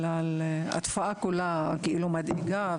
התופעה כולה מדאיגה,